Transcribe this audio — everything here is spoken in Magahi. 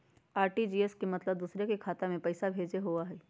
आर.टी.जी.एस के मतलब दूसरे के खाता में पईसा भेजे होअ हई?